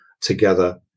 together